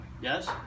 yes